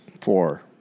four